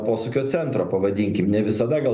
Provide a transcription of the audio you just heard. posūkio centro pavadinkim ne visada gal